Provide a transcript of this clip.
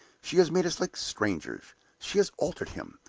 she has made us like strangers she has altered him,